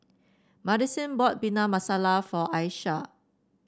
Madisyn bought Bhindi Masala for Ayesha